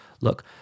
look